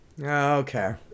Okay